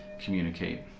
Communicate